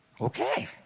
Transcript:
Okay